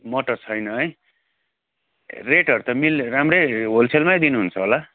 मटर छैन है रेटहरू त मिल राम्रै होलसेलमै दिनुहुन्छ होला